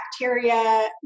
bacteria